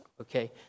okay